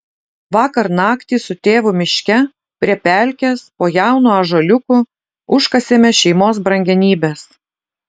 vakar naktį su tėvu miške prie pelkės po jaunu ąžuoliuku užkasėme šeimos brangenybes